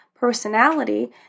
personality